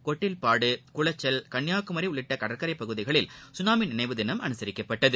கொட்டில்பாடு குளக்சல் கன்னியாகுமரி உள்ளிட்ட கடற்கரைப்பகுதிகளில் சுனாமி நினைவுதினம் அனுசரிக்கப்பட்டது